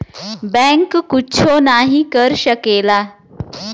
bank कुच्छो नाही कर सकेला